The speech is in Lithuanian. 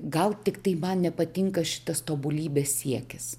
gal tiktai man nepatinka šitas tobulybės siekis